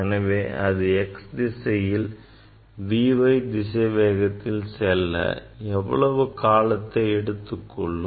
எனவே அது எக்ஸ் திசையில் V y திசை வேகத்தில் செல்ல எவ்வளவு காலத்தை எடுத்துக் கொள்ளும்